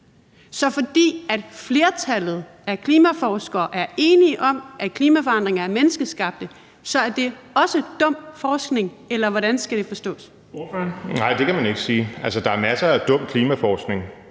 Så fordi flertallet af klimaforskerne er enige om, at klimaforandringerne er menneskeskabte, er det også dum forskning – eller hvordan skal det forstås? Kl. 13:19 Den fg. formand (Erling